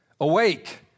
awake